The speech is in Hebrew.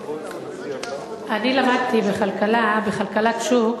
אני למדתי בכלכלה, בכלכלת שוק,